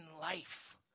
life